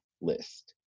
list